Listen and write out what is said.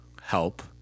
help